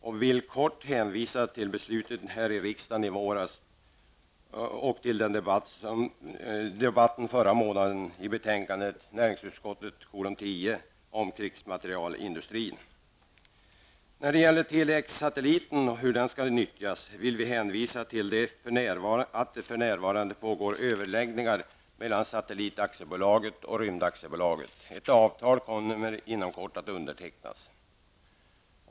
Jag vill kortfattat hänvisa till beslutet här i riksdagen i våras och till debatten förra månaden med anledning av betänkandet NU10 om krigsmaterielindustrin. Vad så gäller frågan om hur Tele-X-satelliten skall nyttjas hänvisar jag till att det för närvarande pågår överläggningar mellan Satellitaktiebolaget och Rymdaktiebolaget. Ett avtal kommer inom kort att undertecknas.